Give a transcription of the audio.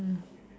mm